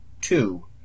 two